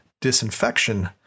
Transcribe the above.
Disinfection